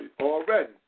already